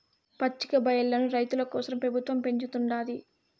పచ్చికబయల్లను రైతుల కోసరం పెబుత్వం పెంచుతుండాది